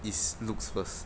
is looks first